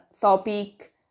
topic